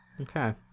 Okay